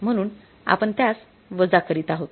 म्हणून आपण त्यास वजा करीत आहोत